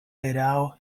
erao